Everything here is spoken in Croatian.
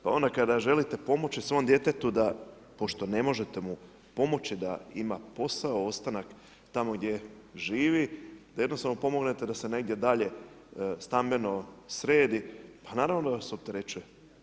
Pa onda kada želite pomoći svom djetetu da, pošto ne možete mu pomoći da ima posao, ostanak tamo gdje živi, da jednostavno pomognete da se negdje dalje stambeno sredi, pa naravno da vas opterećuje.